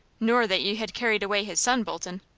nor that you had carried away his son, bolton.